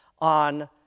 on